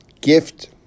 gift